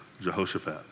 Jehoshaphat